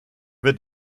wird